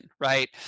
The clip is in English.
right